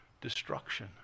Destruction